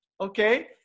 Okay